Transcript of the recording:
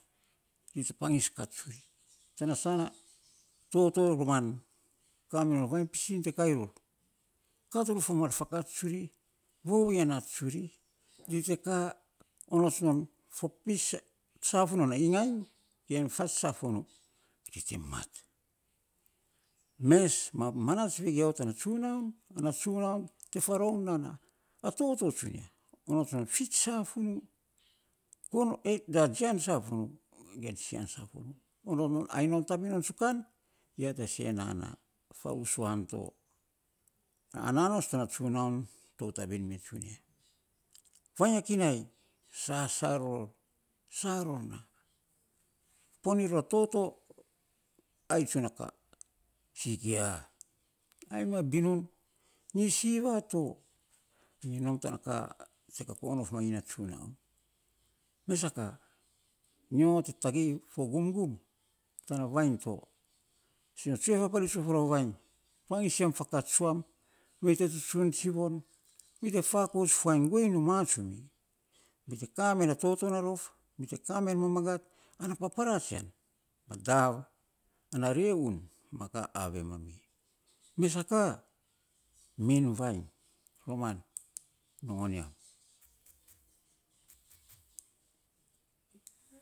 Mes pagis kat finei tana sana toto roman kaminon vainy pisin te kairor kat ror fo mar fakats tsuri vovou iny afo nan tsuri ri te ka onots non fopis safunuu a igainy ge fats safunuu, ri te mat, mes ma manats vegiau tana tsunaun ana tsunaun te fa roy nana a toto tsunia onots non fij safunuu gonoge jian safunuu ge sia safunuu onot non ai notap minon tsukan ai ya se nana favusuan to ana nos tana tsunaun tou ta bin me tsunia vainy a kinai sasar ror sa ror na pon iny ror toto ai tsun a ka sikia ainy ma binuiny siva to iny nom to na ka kakoun of mainy na tsunaun, me a ka nyo te tagei a fo gumgum tana vainy to so tsue faparits of rom vainy pagis yam fakats tsuam me te tsuntsun tsivon mi te fakats fuan guei numa tsumi mi te ka na toto narof mi te ka me na mamagat ana papara jian madav ana reun ma ka ave mami, mes sa ka min vainy roman nogon yam.